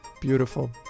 Beautiful